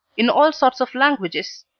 in all sorts of languages.